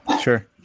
Sure